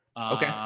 okay.